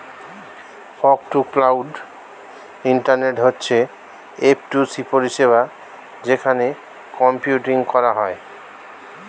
fog to cloud internet হচ্ছে F to C পরিষেবা যেখানে কম্পিউটিং করা হয়